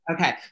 Okay